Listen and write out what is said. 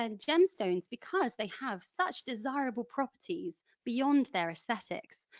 ah gemstones, because they have such desirable properties beyond their aesthetics,